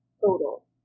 total